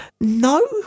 No